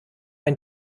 ein